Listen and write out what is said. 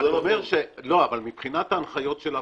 לא, אבל מבחינת ההנחיות של הוועדה,